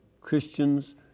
Christians